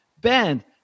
band